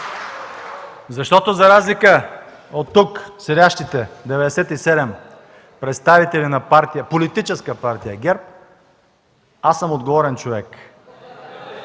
Защото за разлика оттук седящите 97 представители на Политическа партия ГЕРБ, аз съм отговорен човек.